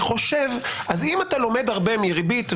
יהיה בזה יכול להיות עיוות דין?